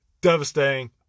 Devastating